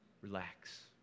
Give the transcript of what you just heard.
relax